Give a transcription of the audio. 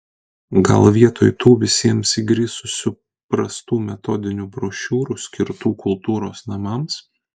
gal vietoj tų visiems įgrisusių prastų metodinių brošiūrų skirtų kultūros namams